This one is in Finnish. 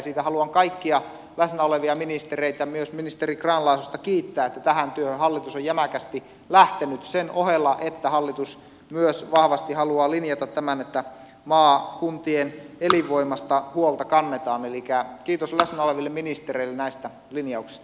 siitä haluan kaikkia läsnä olevia ministereitä myös ministeri grahn laasosta kiittää että tähän työhön hallitus on jämäkästi lähtenyt sen ohella että hallitus myös vahvasti haluaa linjata tämän että maakuntien elinvoimasta huolta kannetaan elikkä kiitos läsnä oleville ministereille näistä linjauksista